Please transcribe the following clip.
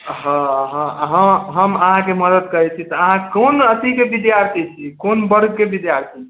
हँ हँ हम अहाँके मदद करै छी तऽ अहाँ कोन अथि के विद्यार्थी छी कोन वर्ग के विद्यार्थी छी